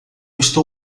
estou